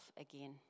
again